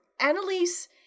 Annalise